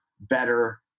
better